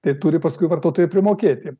tai turi paskui vartotojai primokėti